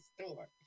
store